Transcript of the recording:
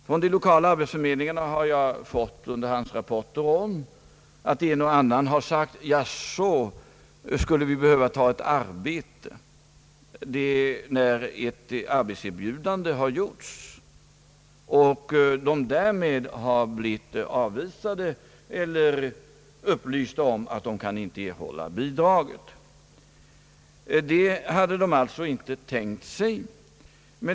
Från de lokala arbetsförmedlingarna har jag fått underhandsrapport om att en och annan bidragssökande har sagt: »Jaså, måste vi ta ett arbete», när ett arbetserbjudande lämnats och de därmed har blivit upplysta om att de annars inte kan erhålla bidrag. Något sådant hade de alltså inte tänkt sig.